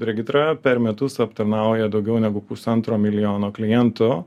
regitra per metus aptarnauja daugiau negu pusantro milijono klientų